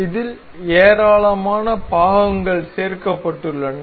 இதில் ஏராளமான பாகங்கள் சேர்க்கப்பட்டுள்ளன